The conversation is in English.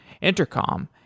intercom